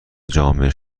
جامعه